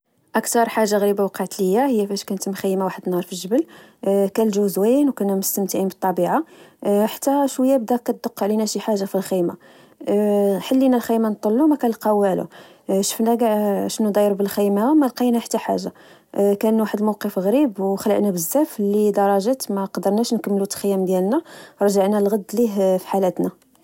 أكثر حاجة غريبة وقعت لي هي فاش كنت مخيمة وحد النهار في الجبل كان الجو زوين وكنا مستمتعين بالطبيعة حتى شويا بدا علينا شي حاجة في الخيمة حلينا الخيمة نطلو مالقا والو شفنا كاع شنو داير بالخيمة مالقينا حتا حاجة كان واحد الموقف غريب وخلعنا بزاف لدرجة ماقدرناش نكمل التخييم ديالنا رجعنا لغد ليه فحالتنا